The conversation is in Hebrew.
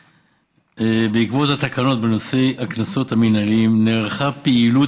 בעקבות התקנות בנושא הקנסות המינהליים נערכה פעילות,